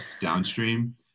downstream